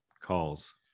calls